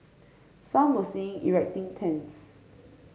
some were seen erecting tents